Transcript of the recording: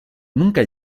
nunca